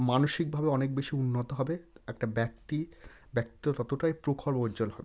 মানসিকভাবে অনেক বেশি উন্নত হবে একটা ব্যক্তির ব্যক্তিত্ব ততটাই প্রখর ও উজ্জ্বল হবে